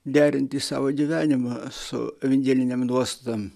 derinti savo gyvenimą su evangelinėm nuostatom